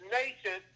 nation